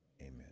Amen